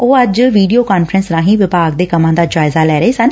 ਉਹ ਅੱਜ video conference ਰਾਹੀ ਵਿਭਾਗ ਦੇ ਕੰਮਾ ਦਾ ਜਾਇਜ਼ਾ ਲੈ ਰਹੇ ਸਨ